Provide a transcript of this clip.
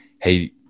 hey